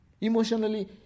Emotionally